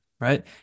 right